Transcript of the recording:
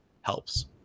helps